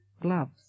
gloves